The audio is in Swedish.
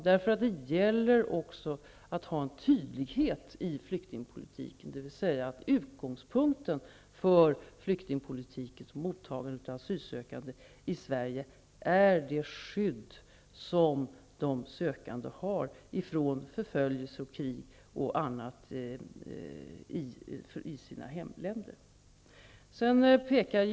Det gäller att också ha en tydlighet i flyktingpolitiken, dvs. utgångspunkten för flyktingpolitiken och mottagandet av asylsökande i Sverige är det behov av skydd mot förföljelse och krig i sina hemländer som de sökande har.